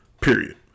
period